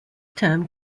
term